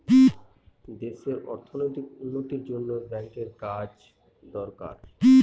দেশে অর্থনৈতিক উন্নতির জন্য ব্যাঙ্কের কাজ দরকার